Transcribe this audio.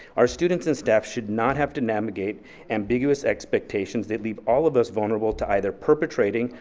our students and staff should not have to navigate ambiguous expectations, that leave all of us vulnerable to either perpetrating,